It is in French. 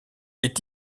est